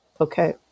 okay